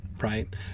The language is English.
right